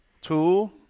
two